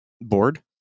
board